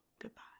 Goodbye